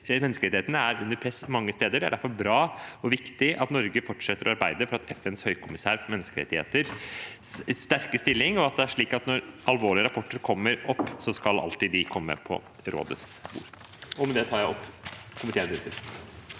Menneskerettighetene er under press mange steder. Det er derfor bra og viktig at Norge fortsetter å arbeide for FNs høykommissær for menneskerettigheters sterke stilling, og at det er slik at når alvorlige rapporter kommer opp, skal de alltid komme på rådets bord. Ine Eriksen Søreide